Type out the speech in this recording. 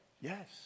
yes